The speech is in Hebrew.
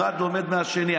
אחד לומד מהשני,